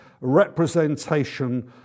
representation